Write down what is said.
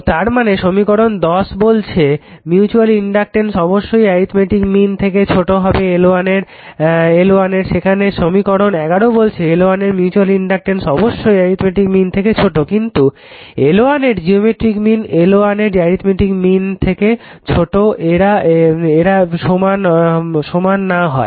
তো তার মানে সমীকরণ 10 বলছে মিউচুয়াল ইনডাকটেন্স অবশ্যই অ্যারিথমেটিক মীন থেকে ছোট হবে L1 এর যেখানে সমীকরণ 11 বলছে L1 এর মিউচুয়াল ইনডাকটেন্স অবশ্যই অ্যারিতমেটিক মীন থেকে ছোট কিন্তু L1 এর জিওমেট্রিক মীন L1 এর অ্যারিতমেটিক মীন থেকে ছোট যদি এরা সমান না হয়